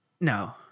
no